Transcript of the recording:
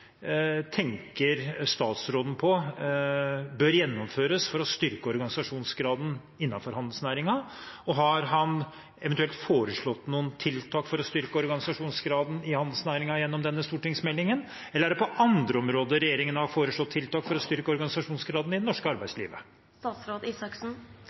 tenker statsråden bør gjennomføres for å styrke organisasjonsgraden innenfor handelsnæringen, og har han eventuelt foreslått noen tiltak for å styrke organisasjonsgraden i handelsnæringen gjennom denne stortingsmeldingen, eller er det på andre områder regjeringen har foreslått tiltak for styrke organisasjonsgraden i det norske